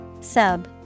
Sub